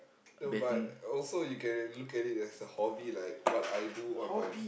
no but also you can look at it as a hobby like what I do on my